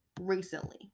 recently